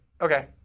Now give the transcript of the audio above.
Okay